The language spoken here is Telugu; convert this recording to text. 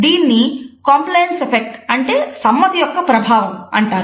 దీన్ని కంప్లైయన్స్ ఎఫెక్ట్ అంటారు